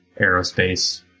aerospace